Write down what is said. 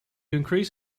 increase